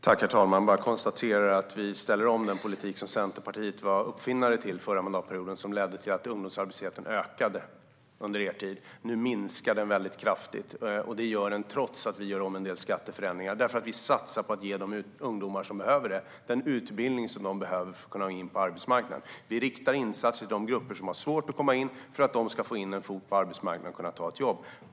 Herr talman! Jag konstaterar bara att vi ställer om den politik som Centerpartiet var uppfinnare av förra mandatperioden. Den ledde till att ungdomsarbetslösheten ökade under er tid. Nu minskar den väldigt kraftigt. Och det gör den trots att vi gör en del skatteförändringar, då vi satsar på att ge ungdomar den utbildning som de behöver för att kunna komma in på arbetsmarknaden. Vi riktar insatser till de grupper som har svårt att komma in för att de ska få in en fot på arbetsmarknaden och kunna ta ett jobb.